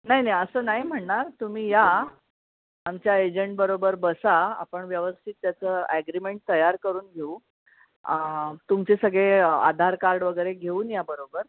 नाही नाही असं नाही म्हणणार तुम्ही या आमच्या एजंटबरोबर बसा आपण व्यवस्थित त्याचं ॲग्रीमेंट तयार करून घेऊ आं तुमचे सगळे आधार कार्ड वगैरे घेऊन या बरोबर